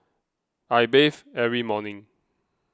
I bathe every morning